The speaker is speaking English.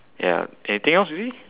ya anything else you see